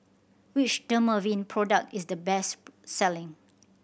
which Dermaveen product is the best selling